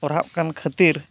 ᱚᱨᱦᱟᱜ ᱠᱟᱱ ᱠᱷᱟᱹᱛᱤᱨ